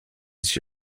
sich